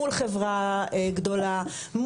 מול חברה גדולה,